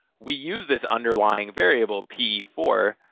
we use this underlying variable p four,